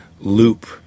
loop